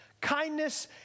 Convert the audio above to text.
kindness